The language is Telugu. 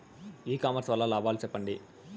ఇ కామర్స్ వల్ల లాభాలు సెప్పండి?